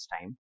time